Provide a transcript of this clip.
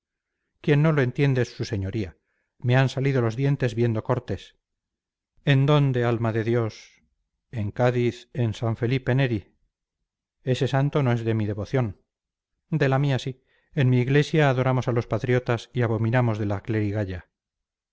quien no lo entiende es su señoría me han salido los dientes viendo cortes en dónde alma de dios en cádiz en san felipe neri ese santo no es de mi devoción de la mía sí en mi iglesia adoramos a los patriotas y abominamos de la clerigalla